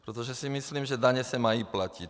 Protože si myslím, že daně se mají platit.